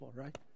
right